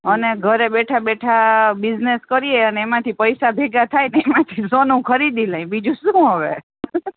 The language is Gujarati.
અને ઘરે બેઠા બેઠા બિઝનેસ કરીએ અને એમાંથી પૈસા ભેગા થાય ને એમાંથી સોનું ખરીદી લઈએ બીજું શું હવે